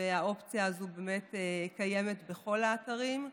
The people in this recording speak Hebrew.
והאופציה הזו באמת קיימת בכל האתרים.